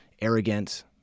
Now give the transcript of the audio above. arrogant